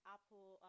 Apple